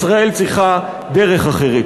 ישראל צריכה דרך אחרת.